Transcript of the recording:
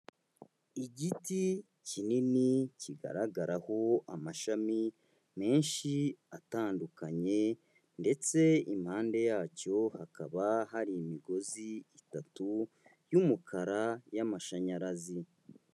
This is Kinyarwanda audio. Igiti kinini kigaragaraho amashami menshi atandukanye ndetse impande yacyo hakaba hari imigozi itatu y'umukara y'amashanyarazi.